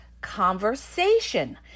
conversation